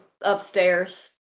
upstairs